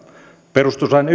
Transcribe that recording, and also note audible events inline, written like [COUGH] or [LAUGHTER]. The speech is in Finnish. perustuslain [UNINTELLIGIBLE]